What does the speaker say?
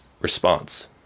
response